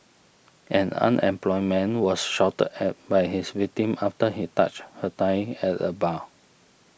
an unemployed man was shouted at by his victim after he touched her thigh at a bar